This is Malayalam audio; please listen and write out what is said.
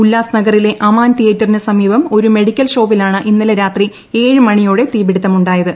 ഉല്ലാസ് നഗറിലെ അമാൻ തിയേറ്ററിന് സമീപം ഒരു മെഡിക്കൽ ഷോപ്പിലാണ് ഇന്നലെ രാത്രി ഏഴ് മണിയോടെ തീപിടുത്തം ഉ ായത്